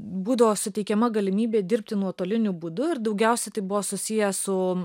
būdavo suteikiama galimybė dirbti nuotoliniu būdu ir daugiausia tai buvo susiję su